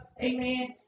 Amen